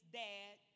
dad